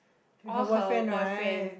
with her boyfriend right